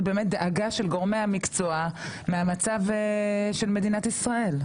דאגה של גורמים מקצועיים מהמצב של מדינת ישראל.